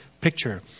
picture